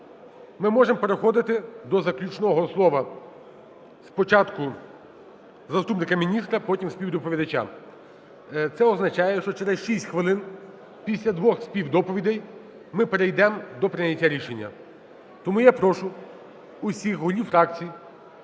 Ми можемо переходити до заключного слова, спочатку - заступника міністра, потім – співдоповідача. Це означає, що через 6 хвилин, після двох співдоповідей ми перейдемо до прийняття рішення. Тому я прошу усіх голів фракцій,